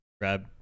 grab